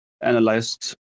analyzed